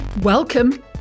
Welcome